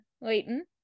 Leighton